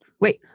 Wait